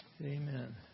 Amen